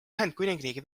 ühendkuningriigi